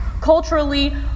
Culturally